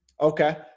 Okay